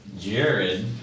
Jared